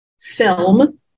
film